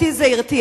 אותי זה הרתיח,